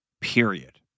Period